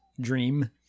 dream